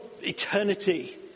eternity